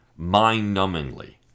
Mind-numbingly